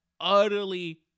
utterly